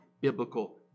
biblical